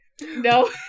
No